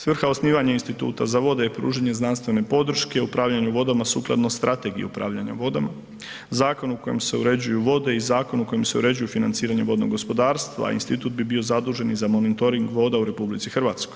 Svrha osnivanja Instituta za vode je pružanje znanstvene podrške u upravljanu vodama sukladno strategiji upravljanja vodama, zakon u kojem se uređuju vode i zakon u kojem se uređuju financiranje vodnog gospodarstva i institut bi bio zadužen i za monitoring voda u RH.